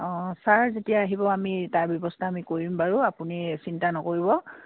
অঁ ছাৰ যেতিয়া আহিব আমি তাৰ ব্যৱস্থা আমি কৰিম বাৰু আপুনি চিন্তা নকৰিব